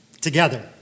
together